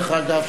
דרך אגב,